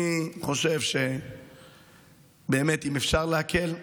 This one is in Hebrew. אני חושב שבאמת אם אפשר להקל,